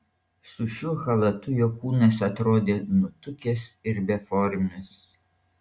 su šiuo chalatu jo kūnas atrodė nutukęs ir beformis